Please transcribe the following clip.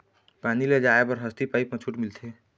पानी ले जाय बर हसती पाइप मा छूट मिलथे?